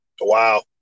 Wow